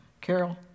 Carol